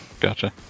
gotcha